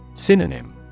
Synonym